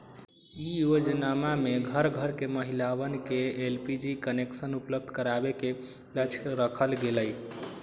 ई योजनमा में घर घर के महिलवन के एलपीजी कनेक्शन उपलब्ध करावे के लक्ष्य रखल गैले